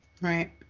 Right